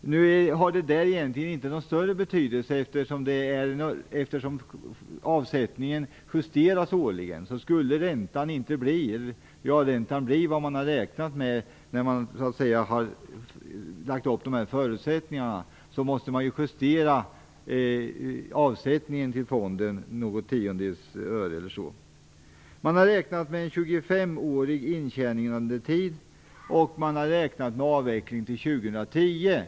Nu har det egentligen inte någon större betydelse, eftersom avsättningen årligen justeras. Skulle realräntan inte bli vad man räknade med när man lade upp förutsättningarna måste man justera avsättningen till fonden något tiondels öre eller så. Man har räknat med en 25-årig intjänandetid, och man har räknat med avveckling till år 2010.